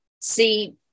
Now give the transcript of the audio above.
see